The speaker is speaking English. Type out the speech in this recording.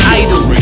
idol